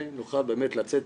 ונוכל באמת לצאת.